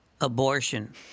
abortion